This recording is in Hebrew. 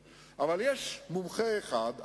כי מותר לראש הממשלה ולשרים ולחברי הקואליציה לחשוב,